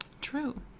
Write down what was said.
True